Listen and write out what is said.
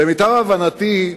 למיטב הבנתי,